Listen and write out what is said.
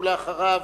ואחריו,